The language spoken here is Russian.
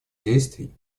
действий